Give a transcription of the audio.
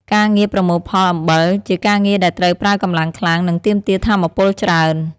ការងារប្រមូលផលអំបិលជាការងារដែលត្រូវប្រើកម្លាំងខ្លាំង និងទាមទារថាមពលច្រើន។